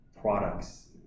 products